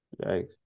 Yikes